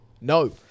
no